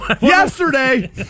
Yesterday